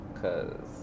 cause